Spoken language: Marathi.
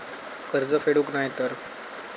कर्ज फेडूक नाय तर?